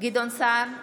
גדעון סער,